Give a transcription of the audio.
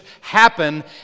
happen